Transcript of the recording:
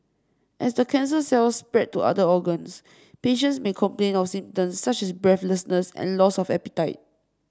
as the cancer cells spread to other organs patients may complain of symptoms such as breathlessness and loss of appetite